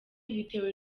bitewe